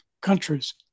countries